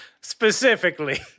specifically